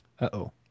Uh-oh